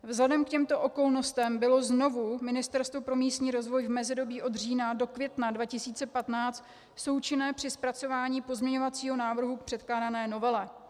Vzhledem k těmto okolnostem bylo znovu Ministerstvo pro místní rozvoj v mezidobí od října do května 2015 součinné při zpracování pozměňovacího návrhu k předkládané novele.